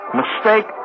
mistake